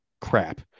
crap